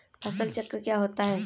फसल चक्र क्या होता है?